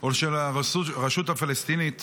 או של הרשות הפלסטינית